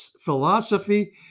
philosophy